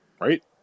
right